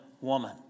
woman